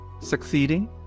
succeeding